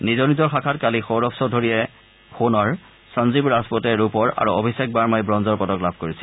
নিজৰ নিজৰ শাখাত কালি সৌৰভ চৌধুৰীয়ে সোণৰ সঞ্জীৱ ৰাজপুটে ৰূপৰ আৰু অভিষেক বাৰ্মাই ৱঞ্জৰ পদক লাভ কৰিছিল